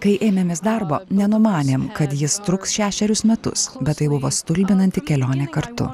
kai ėmėmės darbo nenumanėm kad jis truks šešerius metus bet tai buvo stulbinanti kelionė kartu